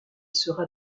sera